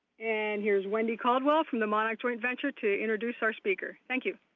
and here's wendy caldwell from the monarch joint venture to introduce our speaker. thank you.